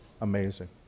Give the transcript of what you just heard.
amazing